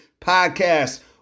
Podcast